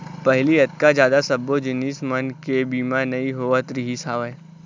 पहिली अतका जादा सब्बो जिनिस मन के बीमा नइ होवत रिहिस हवय